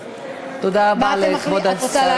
תודה רבה לכבוד השרה.